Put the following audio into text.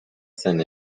zen